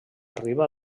riba